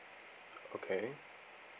okay